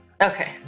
Okay